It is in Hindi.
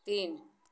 तीन